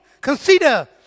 Consider